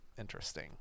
interesting